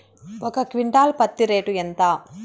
ఒక క్వింటాలు పత్తి రేటు ఎంత?